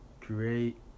create